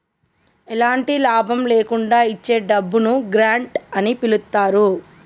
ఎలాంటి లాభం లేకుండా ఇచ్చే డబ్బును గ్రాంట్ అని పిలుత్తారు